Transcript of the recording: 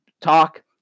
talk